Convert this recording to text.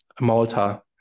malta